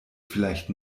vielleicht